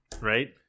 right